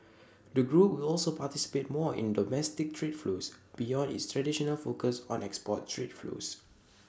the group will also participate more in domestic trade flows beyond its traditional focus on export trade flows